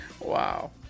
Wow